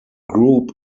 group